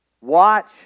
watch